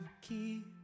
keep